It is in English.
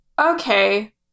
Okay